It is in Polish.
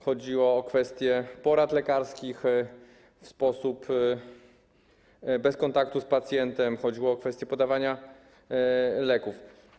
Chodzi o kwestię porad lekarskich w sposób bez kontaktu z pacjentem, o kwestię podawania leków.